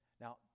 Now